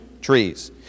trees